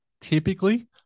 typically